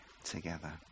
together